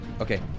Okay